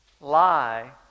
lie